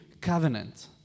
Covenant